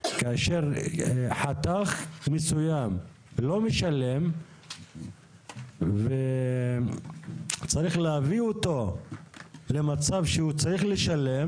כאשר חתך מסוים לא משלם וצריך להביא אותו למצב שהוא צריך לשלם,